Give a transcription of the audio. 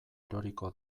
eroriko